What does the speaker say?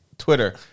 Twitter